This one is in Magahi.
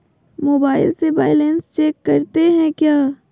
मोबाइल से बैलेंस चेक करते हैं क्या?